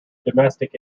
domestic